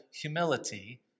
humility